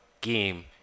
game